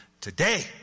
today